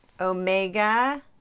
Omega